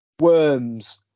Worms